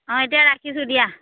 অঁ এতিয়া ৰাখিছোঁ দিয়া